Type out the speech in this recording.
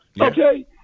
Okay